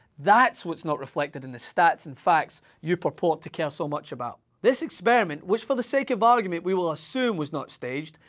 that's what's not reflected in the stats and facts you purport to care so much about. this experiment, which, for the sake of argument, we will assume was not staged,